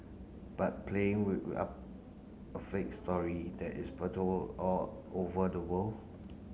but playing we up a fake story that is all over the world